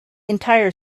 entire